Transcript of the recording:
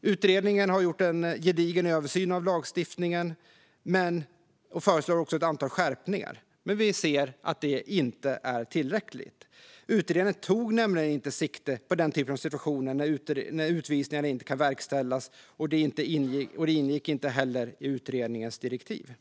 Utredningen har gjort en gedigen översyn av lagstiftningen och föreslår också ett antal skärpningar, men vi anser att det inte är tillräckligt. Utredningen tog nämligen inte sikte på den typ av situationer där utvisningar inte kan verkställas, och det ingick inte heller i utredningens direktiv.